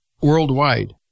worldwide